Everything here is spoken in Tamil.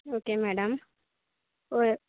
ஓகே மேடம் ஒரு